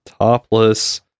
Topless